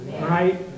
right